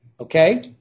Okay